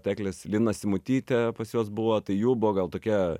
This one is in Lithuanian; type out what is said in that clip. teklės lina simutytė pas juos buvo tai jų buvo gal tokia